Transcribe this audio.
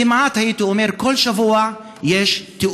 כמעט כל שבוע, הייתי אומר, יש תאונה.